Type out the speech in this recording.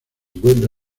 encuentra